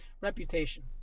reputation